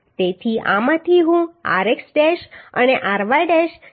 તેથી આમાંથી હું rx ડેશ અને ry ડૅશ 40